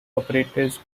operators